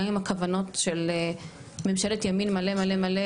גם אם הכוונות של ממשלת ימין מלא מלא מלא,